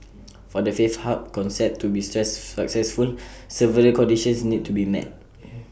for the faith hub concept to be successful several conditions need to be met